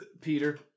Peter